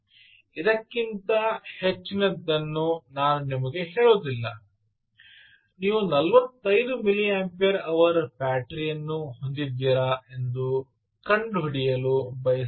ಇದಕ್ಕಿಂತ ಹೆಚ್ಚಿನದನ್ನು ನಾನು ನಿಮಗೆ ಹೇಳುವುದಿಲ್ಲ ನೀವು 45 ಮಿಲಿಯಂಪೇರ್ ಅವರ್ ಬ್ಯಾಟರಿ ಯನ್ನು ಹೊಂದಿದ್ದೀರಾ ಎಂದು ಕಂಡುಹಿಡಿಯಲು ಬಯಸಬಹುದು